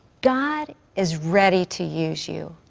god is ready to use you.